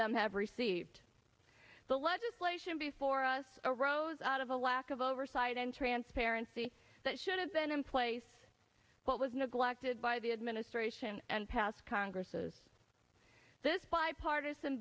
them have received the legislation before us arose out of a lack of oversight and transparency that should have been in place but was neglected by the administration and past congresses this bipartisan